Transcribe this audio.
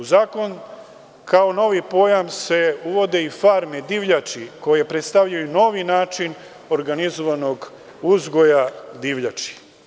Zakon kao novi pojam uvodi i farme i divljači, koji predstavljaju novi način organizovanog uzgoja divljači.